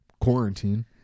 quarantine